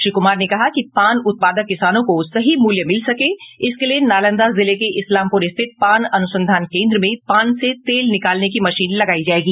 श्री कुमार ने कहा कि पान उत्पादक किसानों को सही मूल्य मिल सके इसके लिये नालंदा जिले के इस्लामपुर स्थित पान अनुसंधान केंद्र में पान से तेल निकालने की मशीन लगायी जायेगी